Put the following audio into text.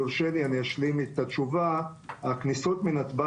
אתה אומר את זה מתוך הנקודה שלך של העמק,